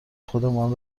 خودمان